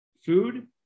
food